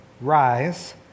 Rise